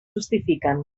justifiquen